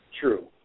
true